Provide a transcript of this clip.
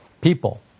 People